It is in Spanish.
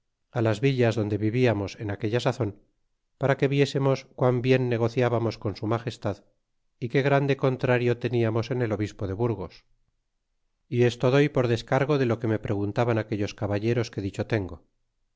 las villas donde viviamos en aquella sazon para que viésemos qun bien negociábamos con su magestad y qué grande contrario teniamos en el obispo de burgos y esto doy por descargo de lo que me preguntaban aquellos caballeros que dicho tengo